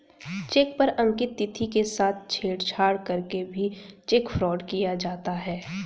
check पर अंकित तिथि के साथ छेड़छाड़ करके भी चेक फ्रॉड किया जाता है